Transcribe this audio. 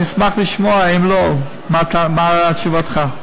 אני אשמח לשמוע, אם לא, מה תשובתך.